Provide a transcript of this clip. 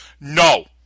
No